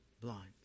blind